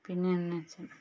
പിന്നേന്ന് വച്ചാൽ